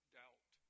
doubt